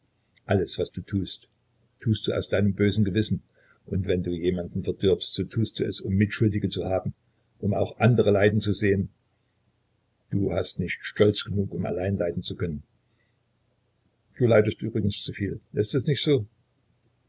alles was du tust tust du aus deinem bösen gewissen und wenn du jemanden verdirbst so tust du es nur um mitschuldige zu haben um auch andere leiden zu sehen du hast nicht stolz genug um allein leiden zu können du leidest übrigens zu viel ist es nicht so